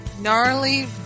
gnarly